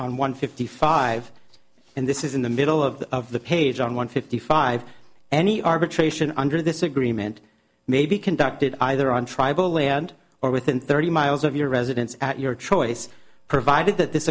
on one fifty five and this is in the middle of the page on one fifty five any arbitration under this agreement may be conducted either on tribal land or within thirty miles of your residence at your choice provided that this